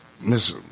Miss